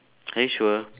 are you sure